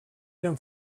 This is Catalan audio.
eren